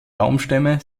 baumstämme